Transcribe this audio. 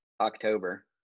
October